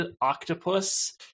octopus